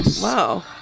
wow